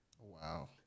Wow